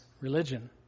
religion